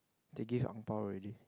they gave angbao already